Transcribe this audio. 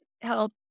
help